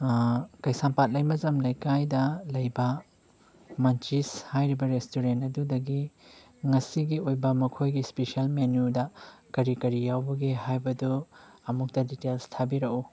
ꯀꯩꯁꯥꯅꯄꯥꯠ ꯂꯩꯃꯖꯝ ꯂꯩꯀꯥꯏꯗ ꯂꯩꯕ ꯃꯟꯆꯤꯁ ꯍꯥꯏꯔꯤꯕ ꯔꯦꯁꯇꯨꯔꯦꯟ ꯑꯗꯨꯗꯒꯤ ꯉꯁꯤꯒꯤ ꯑꯣꯏꯕ ꯃꯈꯣꯏꯒꯤ ꯁ꯭ꯄꯤꯁꯦꯜ ꯃꯦꯅꯨꯗ ꯀꯔꯤ ꯀꯔꯤ ꯌꯥꯎꯕꯒꯦ ꯍꯥꯏꯕꯗꯨ ꯑꯃꯨꯛꯇ ꯗꯤꯇꯦꯜꯁ ꯊꯥꯕꯤꯔꯛꯎ